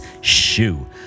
Shoe